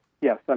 yes